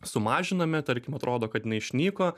sumažiname tarkim atrodo kad jinai išnyko